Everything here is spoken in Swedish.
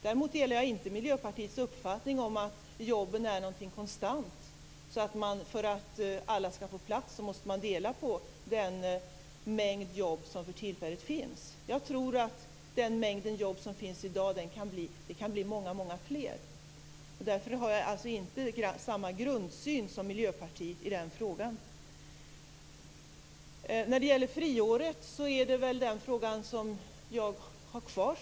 Däremot delar jag inte Miljöpartiets uppfattning att jobben är något konstant - för att alla skall få plats måste man dela på den mängd jobb som för tillfället finns. Jag tror att den mängd jobb som finns i dag kan bli större. Därför har jag inte samma grundsyn som Miljöpartiet i den frågan. Friåret är den fråga jag har kvar.